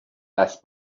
دست